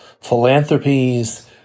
philanthropies